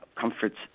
comforts